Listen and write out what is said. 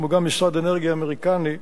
כמו גם משרד האנרגיה האמריקני,